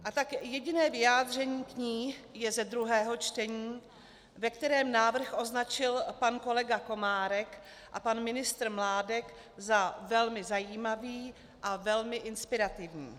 A tak jediné vyjádření k ní je ze druhého čtení, ve kterém návrh označil pan kolega Komárek a pan ministr Mládek za velmi zajímavý a velmi inspirativní.